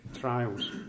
trials